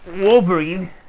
Wolverine